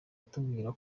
atubwira